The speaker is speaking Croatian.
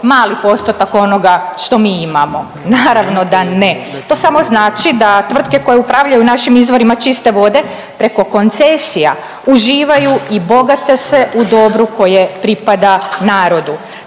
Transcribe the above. mali postotak onoga što mi imamo. Naravno da ne, to samo znači da tvrtke koje upravljaju našim izvorima čiste vode preko koncesija uživaju i bogate se u dobru koje pripada narodu.